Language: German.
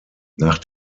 nach